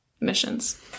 emissions